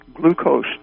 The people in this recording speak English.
glucose